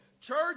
church